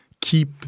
keep